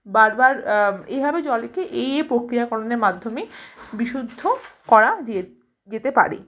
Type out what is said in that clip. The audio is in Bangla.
বারবার এইভাবে জলকে এই এই প্রক্রিয়াকরণের মাধ্যমে বিশুদ্ধ করা যেতে পারে